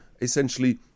essentially